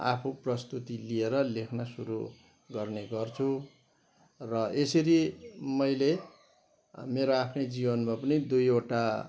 आफू प्रस्तुति लिएर लेख्न सुरु गर्ने गर्छु र यसरी मैले मेरो आफ्नै जीवनमा पनि दुईवटा